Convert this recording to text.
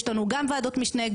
יש לנו גם ועדות משנה,